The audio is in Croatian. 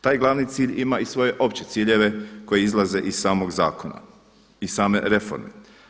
Taj glavni cilj ima i svoje opće ciljeve koji izlaze iz samog zakona i same reforme.